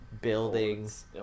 Buildings